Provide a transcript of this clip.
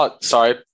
Sorry